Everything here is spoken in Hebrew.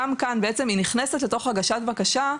גם כאן היא נכנסת לתוך הגשת בקשה,